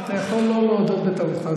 אתה יכול לא להודות בטעותך,